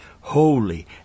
holy